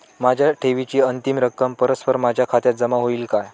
माझ्या ठेवीची अंतिम रक्कम परस्पर माझ्या खात्यात जमा होईल का?